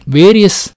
various